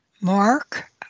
Mark